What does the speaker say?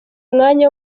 mwanya